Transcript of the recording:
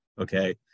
okay